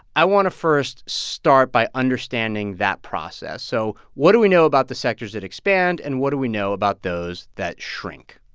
i want to first start by understanding that process. so what do we know about the sectors that expand, and what do we know about those that shrink?